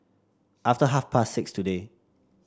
after half past six today